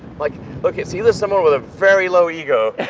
like okay it's either someone with a very low ego, or,